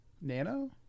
Nano